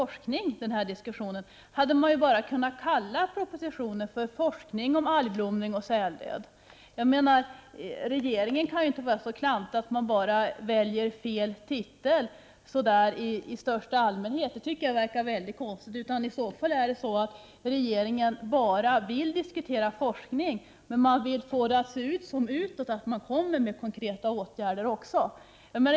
1988/89:44 forskning hade man enkelt kunnat kalla propositionen för Forskning om 13 december 1988 algblomning och säldöd. Regeringen kan inte vara så klantig att den bara väljer fel titel i största allmänhet. Det tycker jag verkar mycket konstigt. I så fall vill regeringen bara diskutera forskning, men utåt få det att se ut som om man kommer med förslag till konkreta åtgärder också.